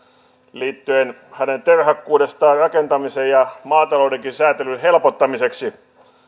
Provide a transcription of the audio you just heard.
liittyen hänen terhakkuuteensa rakentamisen ja maataloudenkin säätelyn helpottamiseksi